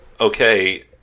okay